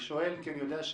אני שואל כי אני יודע שאין.